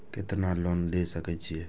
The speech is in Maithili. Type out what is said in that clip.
केतना लोन ले सके छीये?